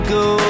go